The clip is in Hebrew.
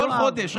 כל חודש,